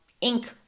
ink